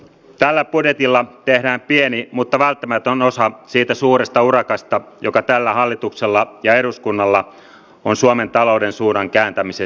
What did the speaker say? tällä budjetilla tehdään pieni mutta välttämätön osa siitä suuresta urakasta joka tällä hallituksella ja eduskunnalla on suomen talouden suunnan kääntämisessä